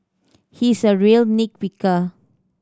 he is a real nit picker